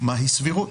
מהי סבירות.